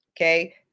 Okay